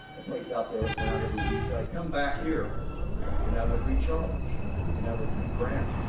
a place out there, i was going out every week, but i'd come back here and i would recharge and i would reground.